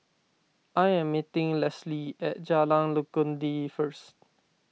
I am meeting Lesley at Jalan Legundi first